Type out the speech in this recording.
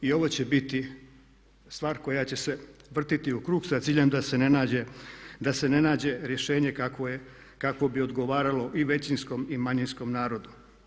I ovo će biti stvar koja će se vrtiti u krug sa ciljem da se ne nađe rješenje kakvo bi odgovaralo i većinskom i manjinskom narodu.